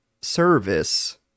service